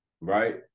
right